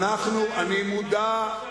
על עמדות כאלה קיבלתי,